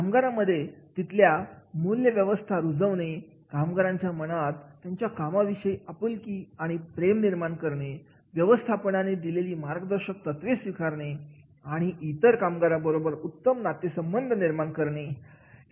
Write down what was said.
कामगारांमध्ये तिथल्या मूल्यव्यवस्था रुजवणं कामगारांच्या मनात त्यांच्या कामाविषयी आपुलकी आणि प्रेम निर्माण करणं व्यवस्थापनाने दिलेली मार्गदर्शक तत्त्वे स्वीकारणे आणि इतर कामगारां बरोबर उत्तम नातेसंबंध निर्माण करणे